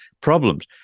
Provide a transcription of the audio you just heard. problems